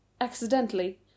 accidentally